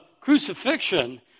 crucifixion